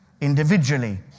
individually